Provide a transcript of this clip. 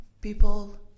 people